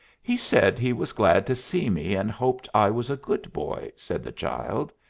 he said he was glad to see me and hoped i was a good boy, said the child.